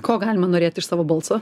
ko galima norėti iš savo balso